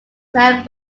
meant